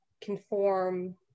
conform